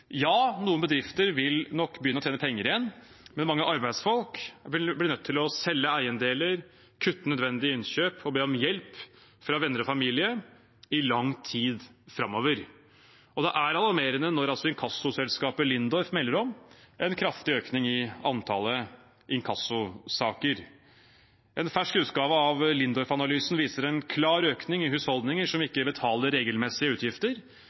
Ja, noen bedrifter vil nok begynne å tjene penger igjen, men mange arbeidsfolk vil bli nødt til å selge eiendeler, kutte nødvendige innkjøp og be om hjelp fra venner og familie i lang tid framover. Det er alarmerende når inkassoselskapet Lindorff melder om en kraftig økning i antallet inkassosaker. En fersk utgave av Lindorffanalysen viser en klar økning i antallet husholdninger som ikke betaler regelmessige utgifter